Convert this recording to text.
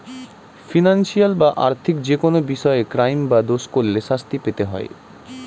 financial বা আর্থিক যেকোনো বিষয়ে ক্রাইম বা দোষ করলে শাস্তি পেতে হয়